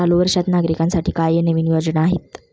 चालू वर्षात नागरिकांसाठी काय नवीन योजना आहेत?